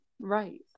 Right